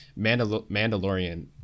mandalorian